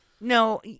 No